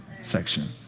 section